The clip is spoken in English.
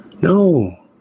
no